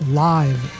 live